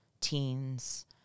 teens